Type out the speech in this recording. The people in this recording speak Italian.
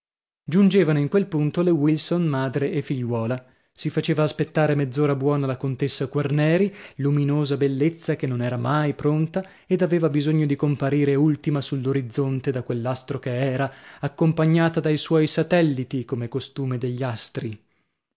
giungevano in quel punto le wilson madre e figliuola si faceva aspettare mezz'ora buona la contessa quarneri luminosa bellezza che non era mai pronta ed aveva bisogno di comparire ultima sull'orizzonte da quell'astro che era e accompagnata dai suoi satelliti come è costume degli astri